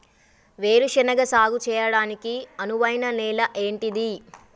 వేరు శనగ సాగు చేయడానికి అనువైన నేల ఏంటిది?